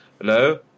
hello